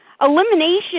Elimination